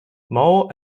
mole